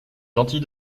gentil